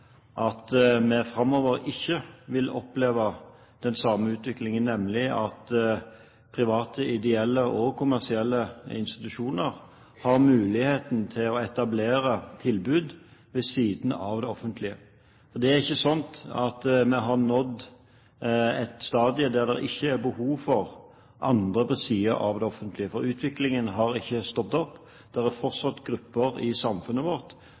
at vi framover ikke vil oppleve den samme utviklingen, nemlig at private ideelle og kommersielle institusjoner har muligheten til å etablere tilbud ved siden av det offentlige. Det er ikke slik at vi har nådd et stadium der det ikke er behov for andre på siden av det offentlige. For utviklingen har ikke stoppet opp, det er fortsatt grupper i samfunnet